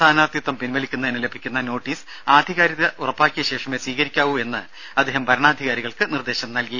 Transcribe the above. സ്ഥാനാർഥിത്വം പിൻവലിക്കുന്നതിന് ലഭിക്കുന്ന നോട്ടീസ് ആധികാരികത ഉറപ്പാക്കിയ ശേഷമേ സ്വീകരിക്കാവൂ എന്ന് അദ്ദേഹം വരണാധികാരികൾ നിർദേശം നൽകി